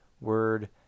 word